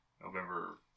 November